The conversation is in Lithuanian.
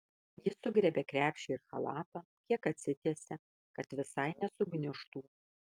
ji sugriebia krepšį ir chalatą kiek atsitiesia kad visai nesugniužtų